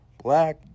Black